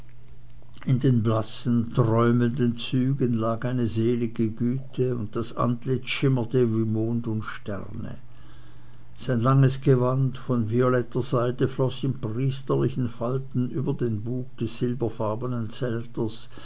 in den blassen träumenden zügen lag eine selige güte und das antlitz schimmerte wie mond und sterne sein langes gewand von violetter seide floß in priesterlichen falten über den bug des silberfarbenen zelters